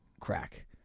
crack